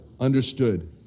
understood